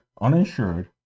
uninsured